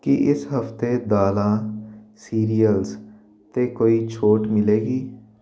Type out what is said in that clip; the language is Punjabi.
ਕੀ ਇਸ ਹਫ਼ਤੇ ਦਾਲਾਂ ਸੀਰੀਅਲਸ 'ਤੇ ਕੋਈ ਛੋਟ ਮਿਲੇਗੀ